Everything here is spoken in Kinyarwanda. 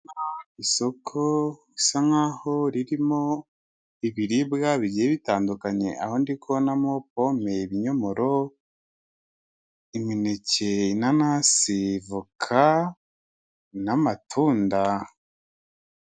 Isoko risa nk'aho ririmo ibiribwa bigiye bitandukanye, aho ndi kubonamo pome, ibinyomoro, imineke, inanasi, voka n'amatunda.